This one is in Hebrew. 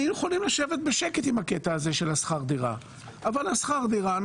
יכולים לשבת בשקט עם הקטע הזה של שכר הדירה אבל שכר הדירה,